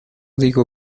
digo